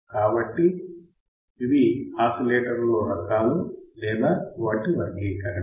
కాబట్టి ఇవి ఆసిలేటర్లలో రకాలు లేదా వాటి వర్గీకరణ